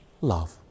Love